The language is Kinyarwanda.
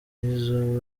nizzo